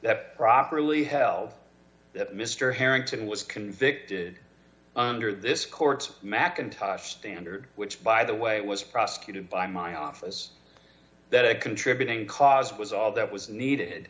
properly held that mr harrington was convicted under this court's macintosh standard which by the way was prosecuted by my office that a contributing cause was all that was needed